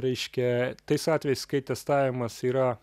reiškia tais atvejais kai testavimas yra